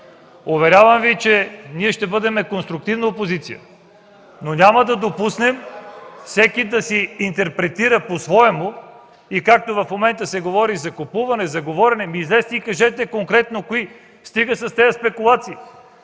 Уверявам Ви, че ние ще бъдем конструктивна опозиция, но няма да допуснем всеки да си интерпретира по своему (шум и реплики в КБ)… И както в момента се говори за купуване, за говорене – излезте и кажете конкретно кои. Стига с тези спекулации!